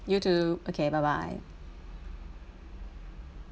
you too okay bye bye